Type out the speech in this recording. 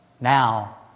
Now